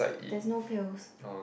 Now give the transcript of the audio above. there's no pills